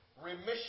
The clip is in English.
Remission